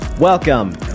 Welcome